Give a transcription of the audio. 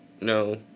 No